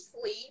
sleep